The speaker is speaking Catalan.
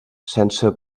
sense